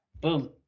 Boom